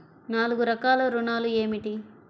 నాలుగు రకాల ఋణాలు ఏమిటీ?